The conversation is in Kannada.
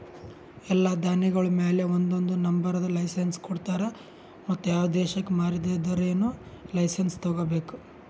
ಎಲ್ಲಾ ಧಾನ್ಯಗೊಳ್ ಮ್ಯಾಲ ಒಂದೊಂದು ನಂಬರದ್ ಲೈಸೆನ್ಸ್ ಕೊಡ್ತಾರ್ ಮತ್ತ ಯಾವ ದೇಶಕ್ ಮಾರಾದಿದ್ದರೂನು ಲೈಸೆನ್ಸ್ ತೋಗೊಬೇಕು